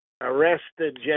arrested